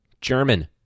German